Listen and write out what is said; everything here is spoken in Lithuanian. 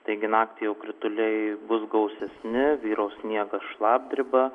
taigi naktį krituliai bus gausesni vyraus sniegas šlapdriba